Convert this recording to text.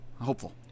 hopeful